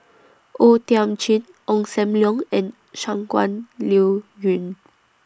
O Thiam Chin Ong SAM Leong and Shangguan Liuyun